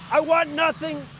i want nothing.